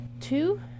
two